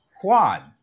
quad